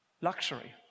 luxury